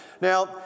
Now